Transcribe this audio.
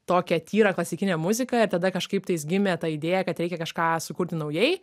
tokią tyrą klasikinę muziką ir tada kažkaip tais gimė ta idėja kad reikia kažką sukurti naujai